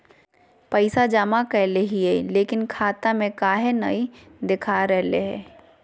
पैसा जमा कैले हिअई, लेकिन खाता में काहे नई देखा रहले हई?